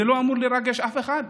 זה לא אמור לרגש אף אחד.